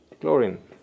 Chlorine